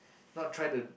not try to